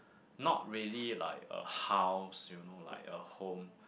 not really like a house you know like a home